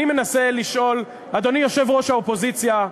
אני מנסה לשאול, אדוני יושב-ראש האופוזיציה,